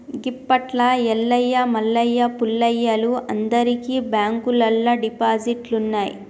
గిప్పట్ల ఎల్లయ్య మల్లయ్య పుల్లయ్యలు అందరికి బాంకుల్లల్ల డిపాజిట్లున్నయ్